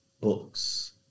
books